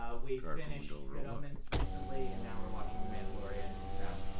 we finished good omens recently, and now we're watching the mandalorian. so